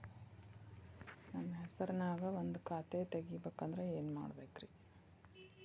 ನನ್ನ ಹೆಸರನ್ಯಾಗ ಒಂದು ಖಾತೆ ತೆಗಿಬೇಕ ಅಂದ್ರ ಏನ್ ಮಾಡಬೇಕ್ರಿ?